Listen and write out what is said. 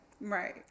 right